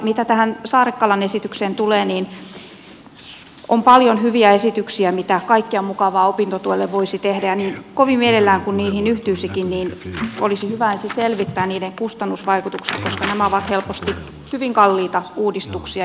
mitä tähän saarakkalan esitykseen tulee niin on paljon hyviä esityksiä mitä kaikkea mukavaa opintotuelle voisi tehdä ja niin kovin mielellään kuin niihin yhtyisikin olisi hyvä ensin selvittää niiden kustannusvaikutukset koska nämä ovat helposti hyvin kalliita uudistuksia